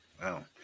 Wow